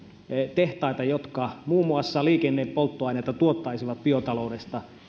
tehtaita jotka muun muassa liikennepolttoaineita tuottaisivat biotaloudesta